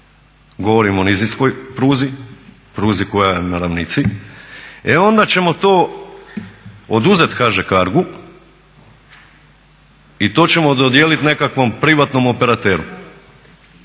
govorim o nizinskoj pruzi, pruzi koja je na ravnici, e onda ćemo to oduzet HŽ CARGO-u i to ćemo dodijelit nekakvom privatnom operateru